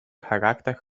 charakter